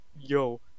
yo